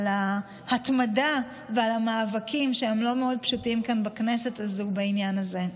על ההתמדה ועל המאבקים שהם לא מאוד פשוטים כאן בכנסת בעניין הזה.